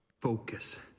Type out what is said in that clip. Focus